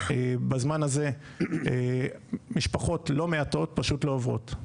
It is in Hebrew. בזמן הזה משפחות לא מעטות פשוט לא עוברות.